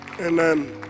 Amen